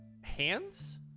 hands